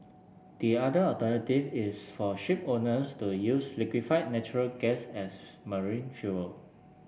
the other alternative is for shipowners to use liquefied natural gas as marine fuel